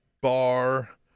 bar